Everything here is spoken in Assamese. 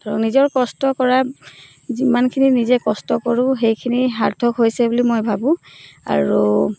ধৰক নিজৰ কষ্ট কৰা যিমানখিনি নিজে কষ্ট কৰোঁ সেইখিনি সাৰ্থক হৈছে বুলি মই ভাবোঁ আৰু